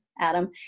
Adam